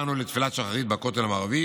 באנו לתפילת שחרית בכותל המערבי